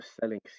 selling